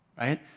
right